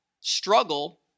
struggle